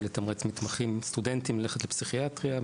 לתמרץ סטודנטים ללכת לפסיכיאטריה,